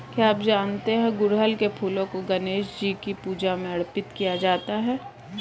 क्या आप जानते है गुड़हल के फूलों को गणेशजी की पूजा में अर्पित किया जाता है?